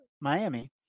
Miami